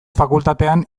fakultatean